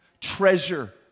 treasure